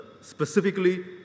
specifically